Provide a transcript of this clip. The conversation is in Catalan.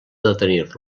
detenir